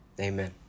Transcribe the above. Amen